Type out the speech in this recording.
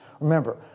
Remember